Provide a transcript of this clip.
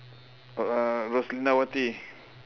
oh uh roslindawati